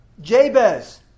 Jabez